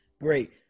Great